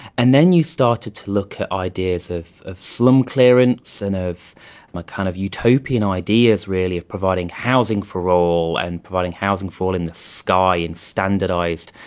and then you started to look at ideas of of slum clearance so and of kind of utopian ideas really of providing housing for all and providing housing for all in the sky in standardised,